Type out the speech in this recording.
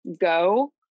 go